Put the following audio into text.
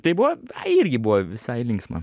tai buvo irgi buvo visai linksma